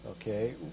Okay